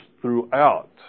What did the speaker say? throughout